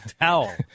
towel